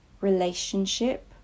relationship